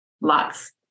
Lots